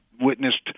witnessed